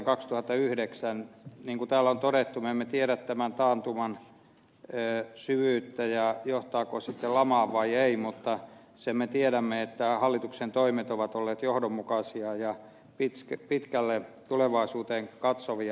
niin kuin täällä on todettu me emme tiedä tämän taantuman syvyyttä ja sitä johtaako se sitten lamaan vai ei mutta sen me tiedämme että hallituksen toimet ovat olleet johdonmukaisia ja pitkälle tulevaisuuteen katsovia